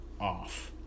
off